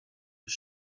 his